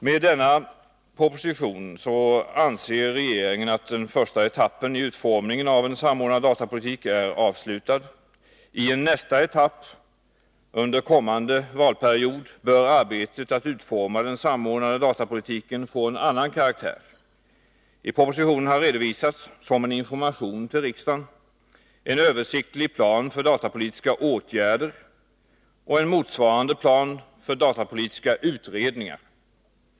Med denna proposition anser regeringen att den första etappen i utformningen av en samordnad datapolitik är avslutad. I en nästa etapp — under kommande valperiod — bör arbetet med att utforma den samordnade datapolitiken få en annan karaktär. I propositionen har redovisats — som en information till riksdagen — en översiktlig plan för datapolitiska åtgärder och en motsvarande plan för datapolitiska utredningar.